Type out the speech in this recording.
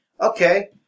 Okay